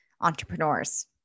entrepreneurs